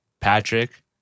Patrick